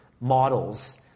models